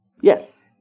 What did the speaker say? Yes